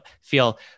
feel